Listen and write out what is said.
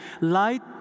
Light